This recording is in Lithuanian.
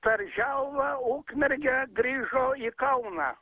per želvą ukmergę grįžo į kauną